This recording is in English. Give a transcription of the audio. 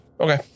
Okay